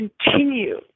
continue